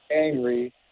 angry